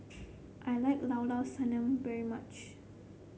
I like Llao Llao Sanum very much